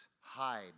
hide